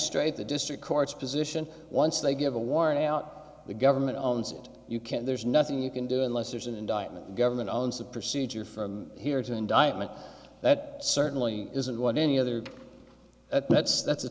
magistrate the district courts position once they give a warrant out the government owns it you can't there's nothing you can do unless there's an indictment the government owns a procedure from here to indictment that certainly isn't what any other that's that's